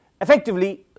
effectively